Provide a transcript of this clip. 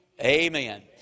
Amen